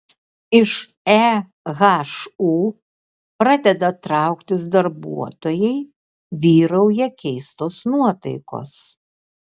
iš ehu pradeda trauktis darbuotojai vyrauja keistos nuotaikos